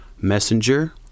messenger